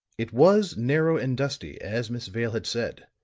it was narrow and dusty, as miss vale had said.